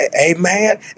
Amen